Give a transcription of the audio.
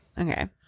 Okay